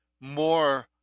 more